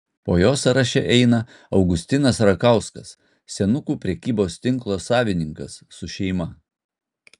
po jo sąraše eina augustinas rakauskas senukų prekybos tinko savininkas su šeima